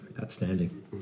outstanding